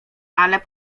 ale